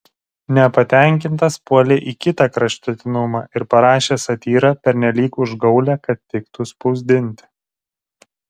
nepatenkintas puolė į kitą kraštutinumą ir parašė satyrą pernelyg užgaulią kad tiktų spausdinti